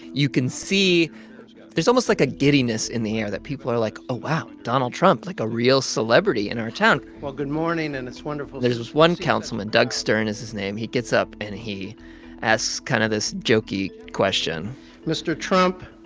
you can see there's almost like a giddiness in the air, that people are like, oh, wow, donald trump, like a real celebrity in our town well, good morning, and it's wonderful. there was this one councilman doug stern is his name. he gets up, and he asks kind of this jokey question mr. trump,